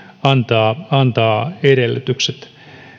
antaa antaa edellytykset